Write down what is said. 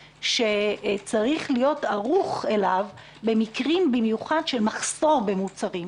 שצריכים להיות ערוכים אליו במיוחד במקרים של מחסור במוצרים.